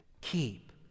keep